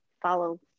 follow